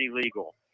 illegal